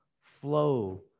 flow